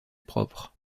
propre